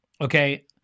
okay